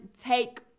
take